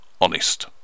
Honest